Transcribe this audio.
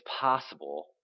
possible